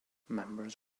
members